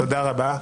תודה רבה.